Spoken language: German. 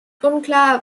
unklar